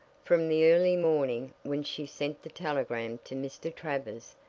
from the early morning, when she sent the telegram to mr. travers,